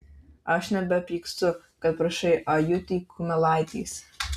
aš nebepyksiu kad prašai ajutį kumelaitės